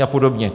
A podobně.